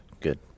good